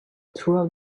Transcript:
throughout